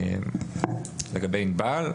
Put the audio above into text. זה לגבי ענבל.